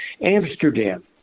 Amsterdam